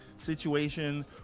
situation